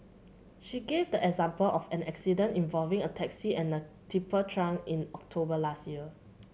she gave the example of an accident involving a taxi and a tipper truck in October last year